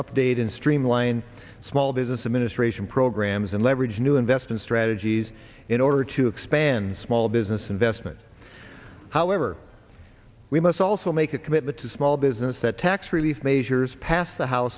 update in streamline small business administration programs and leverage new investment strategies in order to expand small business investment however we must also make a commitment to small business that tax relief measures passed the house